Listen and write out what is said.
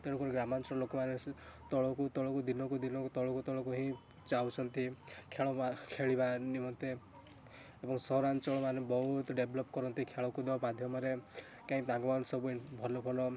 ତେଣୁକରି ଗ୍ରାମାଞ୍ଚଳ ଲୋକମାନେ ତଳୁକୁ ତଳକୁ ଦିନକୁ ଦିନକୁ ତଳକୁ ତଳକୁ ହେଇ ଯାଉଛନ୍ତି ଖେଳ ଖେଳିବା ନିମନ୍ତେ ସହରାଞ୍ଚଳ ମାନେ ବହୁତ ଡେଭ୍ଲପ୍ କରନ୍ତି ଖେଳକୁଦ ମାଧ୍ୟମରେ କାହିଁକି ତାଙ୍କ ମାନ ସବୁ ଭଲ ଭଲ